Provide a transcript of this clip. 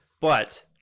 But-